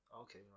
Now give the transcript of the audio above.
Okay